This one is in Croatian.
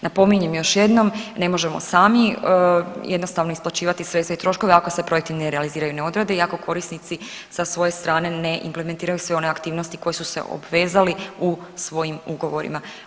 Napominjem još jednom, ne možemo sami jednostavno isplaćivati sve te troškove ako se projekti ne realiziraju i ne odrade i ako korisnici sa svoje strane ne implementiraju sve one aktivnosti koje su se obvezali u svojim ugovorima.